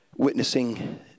Witnessing